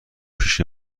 پیش